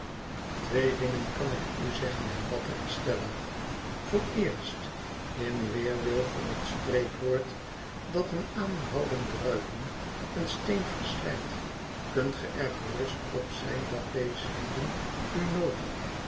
twee dingen kan ik u zeggen hervatte estella vooreerst in weerwil van het spreekwoord dat een aanhoudend druipen een steen verslijt kunt ge er gerust op zijn dat deze lieden u nooit